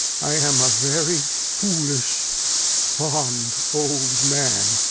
i am a very foolish fond old man,